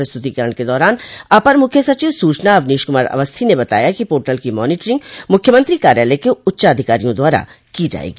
प्रस्तुतिकरण के दौरान अपर मुख्य सचिव सूचना अवनीश कुमार अवस्थी ने बताया कि पोर्टल की मॉनिटरिंग मुख्यमंत्री कार्यालय के उच्चाधिकारियों द्वारा की जायेगी